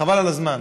חבל על הזמן.